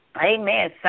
Amen